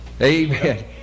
amen